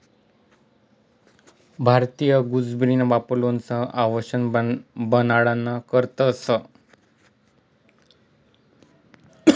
भारतीय गुसबेरीना वापर लोणचं आणि आवषद बनाडाना करता करतंस